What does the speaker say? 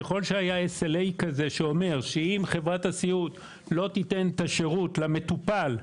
ככל שהיה SLA כזה שאומר שאם חברת הסיעוד לא תיתן את השירות למטופל,